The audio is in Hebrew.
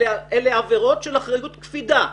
אלו עבירות של אחריות קפידה.